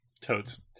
toads